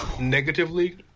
negatively